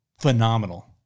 Phenomenal